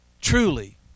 Truly